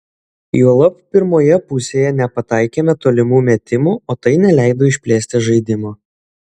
juolab pirmoje pusėje nepataikėme tolimų metimų o tai neleido išplėsti žaidimo